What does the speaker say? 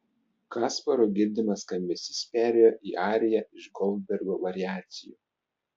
kasparo girdimas skambesys perėjo į ariją iš goldbergo variacijų